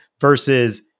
versus